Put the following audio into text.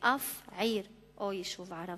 ואף עיר או יישוב ערבי.